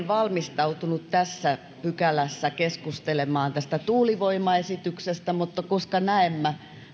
valmistautunut tässä pykälässä keskustelemaan tästä tuulivoimaesityksestä mutta koska näemmä